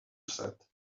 said